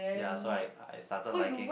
ya so I I started liking